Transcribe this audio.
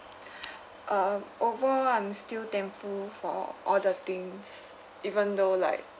uh overall I'm still thankful for all the things even though like